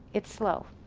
it's slow.